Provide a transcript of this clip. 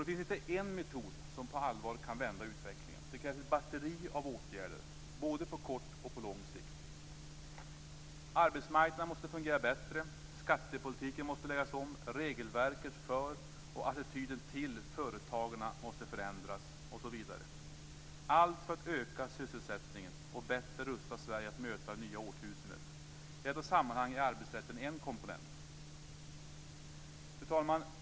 Det finns inte en metod som på allvar kan vända utvecklingen. Det krävs ett batteri av åtgärder, både på kort och på lång sikt. Arbetsmarknaden måste fungera bättre, skattepolitiken måste läggas om, regelverket för och attityden till företagarna måste förändras osv. - allt för att öka sysselsättningen och bättre rusta Sverige för att möta det nya årtusendet. I detta sammanhang är arbetsrätten en komponent. Fru talman!